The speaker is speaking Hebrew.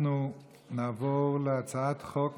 אנחנו נעבור להצעת חוק